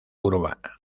urbana